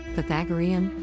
Pythagorean